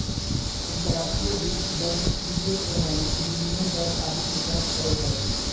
अंतर्राष्ट्रीय वित्त वैश्विक वित्तीय प्रणाली, विनिमय दर आदि के जांच करो हय